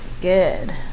Good